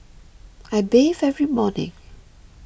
I bathe every morning